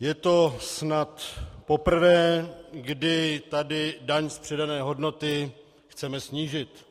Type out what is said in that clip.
Je to snad poprvé, kdy tady daň z přidané hodnoty chceme snížit.